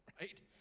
right